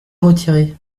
retiré